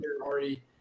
already